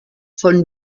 von